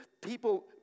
people